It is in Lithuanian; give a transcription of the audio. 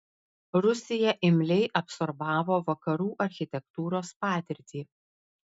rusija imliai absorbavo vakarų architektūros patirtį